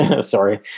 Sorry